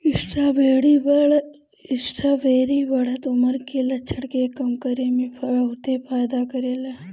strawberry बढ़त उमिर के लक्षण के कम करे में बहुते फायदा करेला